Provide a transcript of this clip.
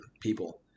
people